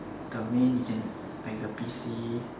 the main you can like the P_C